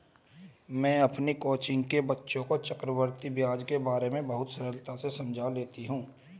मैं अपनी कोचिंग के बच्चों को चक्रवृद्धि ब्याज के बारे में बहुत सरलता से समझा लेती हूं